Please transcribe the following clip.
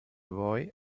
boy